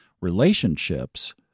relationships